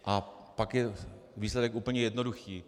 A pak je výsledek úplně jednoduchý.